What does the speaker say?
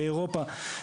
באירופה.